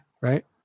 right